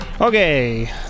Okay